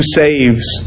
saves